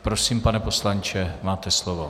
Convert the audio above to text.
Prosím, pane poslanče, máte slovo.